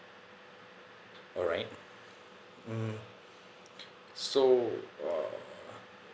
alright mm so uh